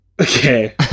okay